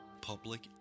Public